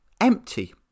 empty